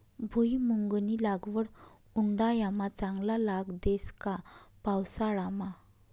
भुईमुंगनी लागवड उंडायामा चांगला लाग देस का पावसाळामा